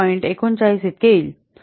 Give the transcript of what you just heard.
तर शब्दशः याचा अर्थ काय आहे